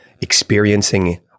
experiencing